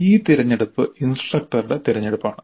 ഈ തിരഞ്ഞെടുപ്പ് ഇൻസ്ട്രക്ടറുടെ തിരഞ്ഞെടുപ്പാണ്